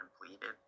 completed